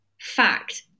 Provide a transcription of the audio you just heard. fact